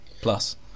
plus